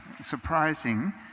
surprising